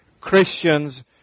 Christians